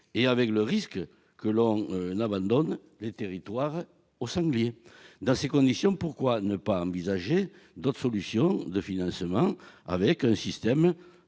chasser, le risque étant d'abandonner les territoires aux sangliers. Dans ces conditions, pourquoi ne pas envisager d'autres solutions de financement, avec un système